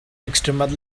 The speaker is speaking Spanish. extremad